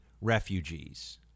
refugees